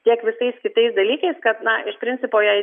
tiek visais kitais dalykais kad na iš principo jai